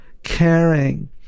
caring